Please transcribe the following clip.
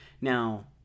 Now